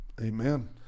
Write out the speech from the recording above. Amen